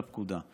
לפקודה,